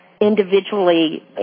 individually